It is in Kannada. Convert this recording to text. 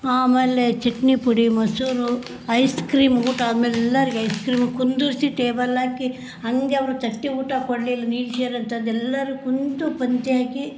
ಆಮೇಲೆ ಚಟ್ನಿಪುಡಿ ಮೊಸರು ಐಸ್ಕ್ರೀಮ್ ಊಟ ಆದ ಮೇಲೆ ಎಲ್ಲರ್ಗೆ ಐಸ್ಕ್ರೀಮ್ ಕುಳ್ಳಿರ್ಸಿ ಟೇಬಲ್ ಹಾಕಿ ಹಾಗೆ ಅವ್ರ್ಗೆ ತಟ್ಟೆ ಊಟ ಕೊಡ್ಲಿಲ್ಲ ನೀರು ಚೇರೆಲ್ಲ ತಂದು ಎಲ್ಲರೂ ಕುಳ್ತು ಪಂಕ್ತಿ ಹಾಕಿ